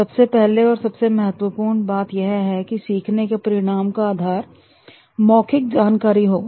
सबसे पहला और सबसे महत्वपूर्ण बात यह है कि सीखने के परिणाम का आधार मौखिक जानकारी होगा